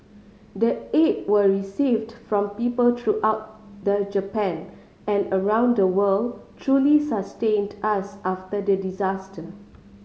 the aid we received from people throughout the Japan and around the world truly sustained us after the disaster